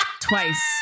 Twice